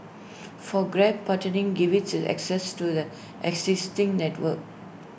for grab partnering gives IT access to the existing network